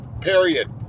period